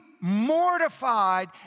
mortified